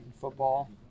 football